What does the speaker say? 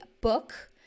book